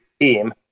team